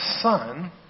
Son